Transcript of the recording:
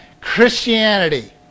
Christianity